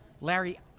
Larry